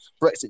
Brexit